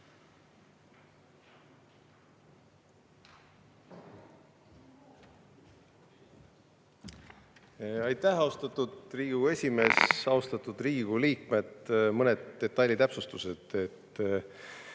Aitäh, austatud Riigikogu esimees! Austatud Riigikogu liikmed! Mõned detailitäpsustused.